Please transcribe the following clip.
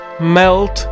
Melt